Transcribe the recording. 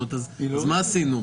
אז מה עשינו?